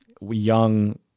young